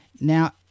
Now